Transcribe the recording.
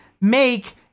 make